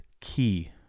key